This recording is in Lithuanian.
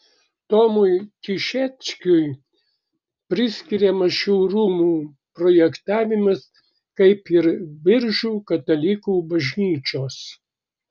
tomui tišeckiui priskiriamas šių rūmų projektavimas kaip ir biržų katalikų bažnyčios